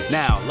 now